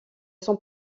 son